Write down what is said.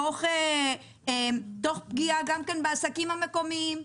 תוך פגיעה בעסקים המקומיים הסמוכים,